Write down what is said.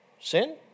sin